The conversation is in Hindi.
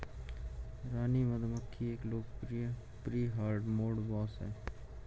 रानी मधुमक्खी एक लोकप्रिय प्री हार्डमोड बॉस है